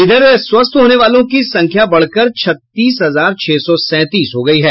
इधर स्वस्थ होने वालों की संख्या बढ़कर छत्तीस हजार छह सौ सैंतीस हो गयी है